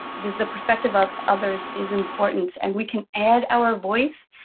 the perspective of others is important, and we can add our voice,